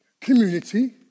Community